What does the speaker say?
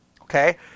Okay